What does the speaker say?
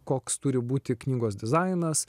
koks turi būti knygos dizainas